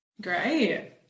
Great